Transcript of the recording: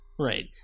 right